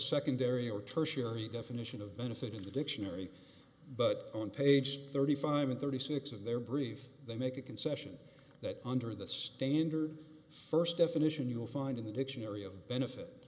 secondary or tertiary definition of benefit in the dictionary but on page thirty five and thirty six of their brief they make a concession that under the standard first definition you'll find in the dictionary of benefit